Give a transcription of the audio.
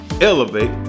elevate